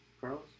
carlos